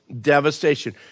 devastation